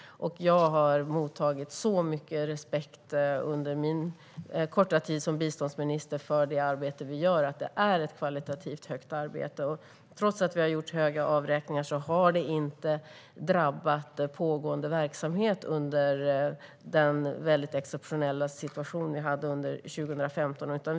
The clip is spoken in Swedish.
Jag har mottagit mycket respekt under mina korta tid som biståndsminister för det högkvalitativa arbete vi gör. Trots att vi gjorde stora avräkningar drabbade det inte pågående verksamhet under den exceptionella situationen 2015.